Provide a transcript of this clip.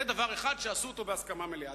זה דבר אחד שעשו בהסכמה מלאה.